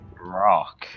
rock